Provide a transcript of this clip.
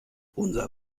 unser